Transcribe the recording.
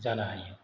जानो हायो